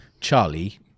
Charlie